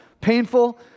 painful